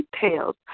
details